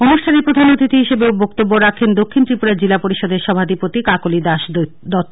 অনুষ্ঠানে প্রধান অতিথি হিসেবে বক্তব্য রাখেন দক্ষিণ ত্রিপুরা জিলা পরিষদের সভাধিপতি কাকলি দাস দত্ত